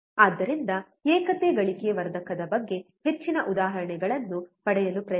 ಆದ್ದರಿಂದ ಏಕತೆ ಗಳಿಕೆ ವರ್ಧಕದ ಬಗ್ಗೆ ಹೆಚ್ಚಿನ ಉದಾಹರಣೆಗಳನ್ನು ಪಡೆಯಲು ಪ್ರಯತ್ನಿಸಿ